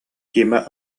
тима